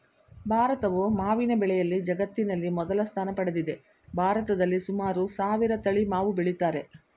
ಭಾರತವು ಮಾವಿನ ಬೆಳೆಯಲ್ಲಿ ಜಗತ್ತಿನಲ್ಲಿ ಮೊದಲ ಸ್ಥಾನ ಪಡೆದಿದೆ ಭಾರತದಲ್ಲಿ ಸುಮಾರು ಸಾವಿರ ತಳಿ ಮಾವು ಬೆಳಿತಾರೆ